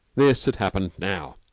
this had happened now,